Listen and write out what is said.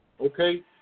okay